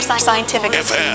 scientific